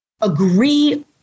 agree